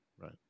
right